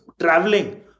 traveling